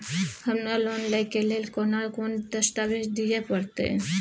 हमरा लोन लय के लेल केना कोन दस्तावेज दिए परतै?